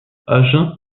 agen